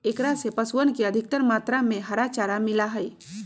एकरा से पशुअन के अधिकतर मात्रा में हरा चारा मिला हई